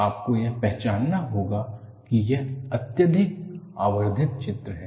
आपको यह पहचानना होगा कि यह अत्यधिक आवर्धित चित्र है